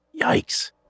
Yikes